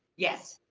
yes.